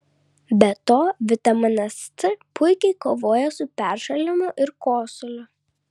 be to vitaminas c puikiai kovoja su peršalimu ir kosuliu